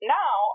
now